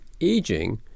aging